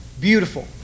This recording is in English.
beautiful